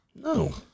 No